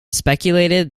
speculated